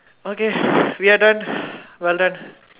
okay we are done well done